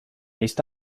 east